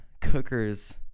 cookers